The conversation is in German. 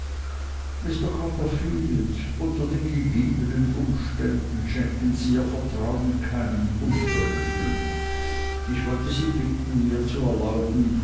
mr copperfield unter den gegebenen umständen schenken sie ihr vertrauen keinem unwürdigen ich wollte sie bitten mir zu erlauben